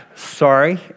Sorry